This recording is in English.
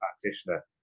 practitioner